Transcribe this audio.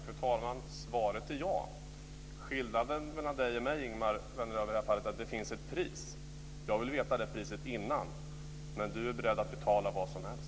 Fru talman! Svaret är ja. Skillnaden mellan Ingemar Vänerlöv och mig i det här fallet är att det finns ett pris. Jag vill veta det priset innan, men Ingemar Vänerlöv är beredd att betala vad som helst.